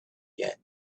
yet